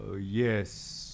yes